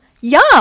yum